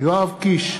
יואב קיש,